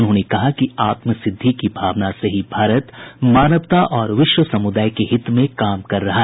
उन्होंने कहा कि आत्म सिद्धि की भावना से ही भारत मानवता और विश्व समूदाय के हित में काम कर रहा है